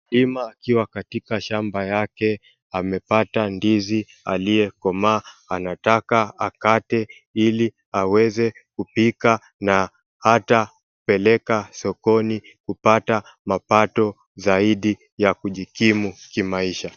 Mkulima akiwa katika shamba yake amepata ndizi iliyokomaa anataka akate ili aweze kupika na hata kupeleka sokoni kupata mapato zaidi ya kujikimu kimaisha.